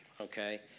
Okay